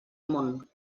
món